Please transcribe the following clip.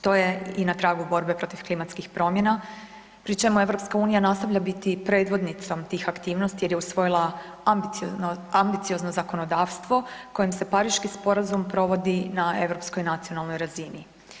To je i na tragu borbe protiv klimatskih promjena pri čemu EU nastavlja biti predvodnicom tih aktivnosti jer je usvojila ambiciozno zakonodavstvo kojim se Pariški sporazum provodi na europskoj nacionalnoj razini.